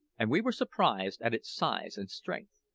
and we were surprised at its size and strength.